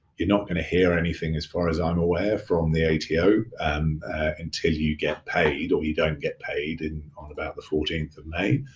you're not gonna hear anything as far as i'm aware from the ato until you get paid or you don't get paid and on about the fourteenth of may.